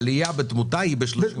העלייה בתמותה היא ב-30%.